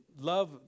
love